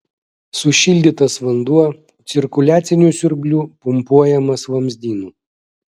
sušildytas vanduo cirkuliaciniu siurbliu pumpuojamas vamzdynu